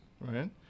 right